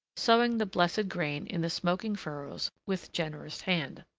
sowing the blessed grain in the smoking furrows with generous hand.